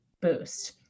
boost